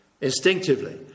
instinctively